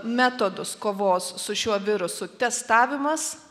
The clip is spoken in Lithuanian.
metodus kovos su šiuo virusu testavimas